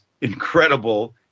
incredible